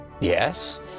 Yes